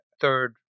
third